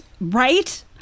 right